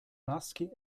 maschi